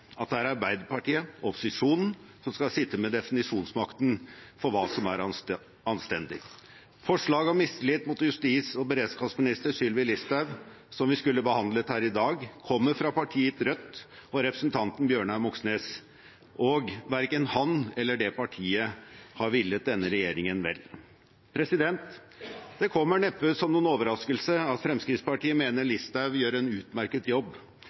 at det er Arbeiderpartiet – opposisjonen – som skal sitte med definisjonsmakten for hva som er anstendig. Forslaget om mistillit mot justis- og beredskapsminister Sylvi Listhaug som vi skulle behandlet her i dag, kommer fra partiet Rødt og representanten Bjørnar Moxnes, og verken han eller det partiet har villet denne regjeringen vel. Det kommer neppe som noen overraskelse at Fremskrittspartiet mener Listhaug gjør en utmerket jobb.